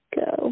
go